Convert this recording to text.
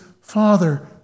Father